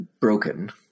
broken